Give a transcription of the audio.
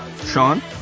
Sean